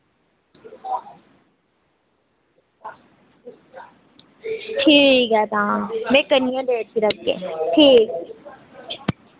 ठीक ऐ तां में करनी आं ठीक